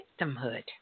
victimhood